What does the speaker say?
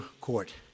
Court